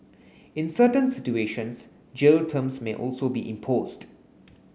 in certain situations jail terms may also be imposed